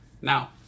Now